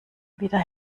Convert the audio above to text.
wieder